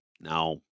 Now